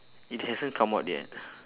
it hasn't come out yet